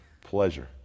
pleasure